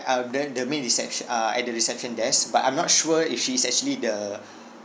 um the the main reception uh at the reception desk but I'm not sure if she is actually the